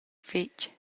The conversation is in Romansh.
fetg